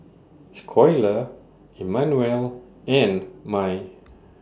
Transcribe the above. Schuyler Immanuel and Mai